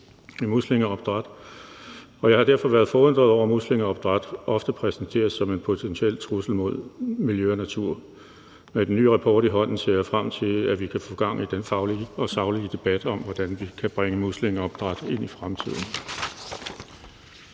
i muslingeopdræt, og jeg har derfor været forundret over, at muslingeopdræt ofte er blevet præsenteret som en potentiel trussel mod miljø og natur. Med den nye rapport i hånden ser jeg frem til, at vi kan få gang i en faglig og saglig debat om, hvordan vi skal bruge muslingeopdræt i fremtiden.«